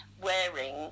wearing